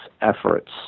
efforts